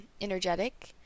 energetic